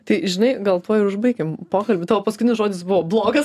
tai žinai gal tuo ir užbaikim pokalbį tavo paskutinis žodis buvo blogas